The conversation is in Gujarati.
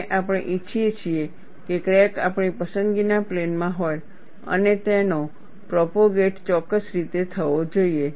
અને આપણે ઇચ્છીએ છીએ કે ક્રેક આપણી પસંદગીના પ્લેનમાં હોય અને તેનો પ્રોપોગેટ ચોક્કસ રીતે થવો જોઈએ